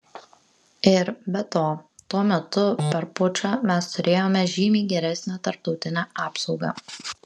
ir be to tuo metu per pučą mes turėjome žymiai geresnę tarptautinę apsaugą